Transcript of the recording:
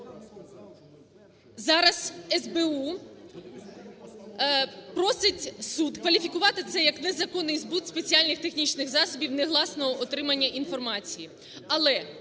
Зараз СБУ просить суд кваліфікувати це як незаконний збут спеціальних технічних засобів негласного отримання інформації.